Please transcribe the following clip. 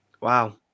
wow